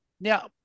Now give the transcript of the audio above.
Now